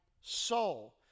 soul